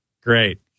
Great